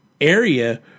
area